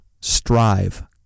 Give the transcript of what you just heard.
Strive